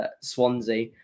Swansea